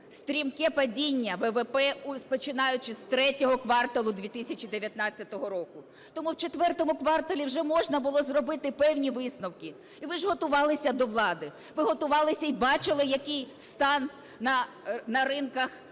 стрімке падіння ВВП, починаючи з ІІІ кварталу 2019 року. Тому в IV кварталі вже можна було зробити певні висновки. І ви ж готувалися до влади. Ви готувалися і бачили, який стан на ринках у світі,